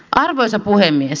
arvoisa puhemies